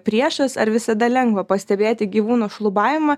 priešas ar visada lengva pastebėti gyvūnų šlubavimą